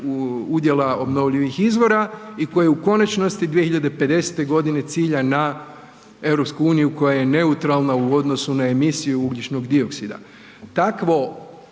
udjela obnovljivih izvora i koje u konačnosti 2050. g. cilja na EU koja je neutralna u odnosu na emisiju ugljičnog dioksida.